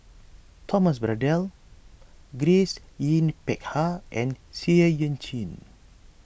Thomas Braddell Grace Yin Peck Ha and Seah Eu Chin